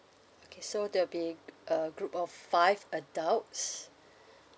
okay so that'll be a group of five adults